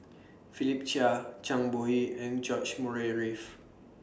Philip Chia Zhang Bohe and George Murray Reith